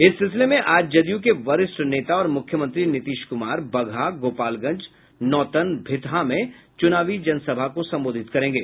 इस सिलसिले में आज जद्य के वरिष्ठ नेता और मुख्यमंत्री नीतीश कुमार बगहा गोपालगंज नौतन भितहा में चुनावी जनसभा को संबोधित करेंगे